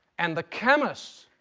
and the chemists,